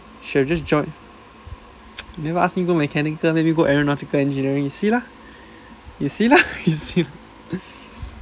should have just joined never ask me go mechanical make me go aeronautical engineering you see lah you see lah you see